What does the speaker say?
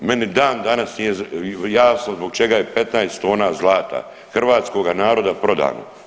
Meni dan danas nije jasno zbog čega je 15 tona zlata hrvatskoga naroda prodano.